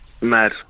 mad